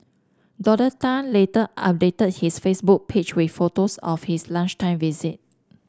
Doctor Tan later updated his Facebook page with photos of his lunchtime visit